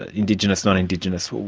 indigenous, non-indigenous.